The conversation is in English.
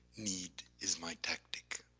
need is my tactic,